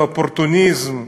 זה אופורטוניזם.